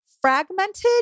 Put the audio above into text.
fragmented